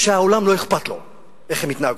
שהעולם לא אכפת לו איך הן מתנהגות.